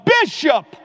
bishop